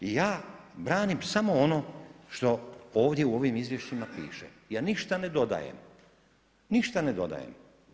I ja branim samo ono što ovdje u ovim izvješćima piše, ja ništa ne dodajem, ništa ne dodajem.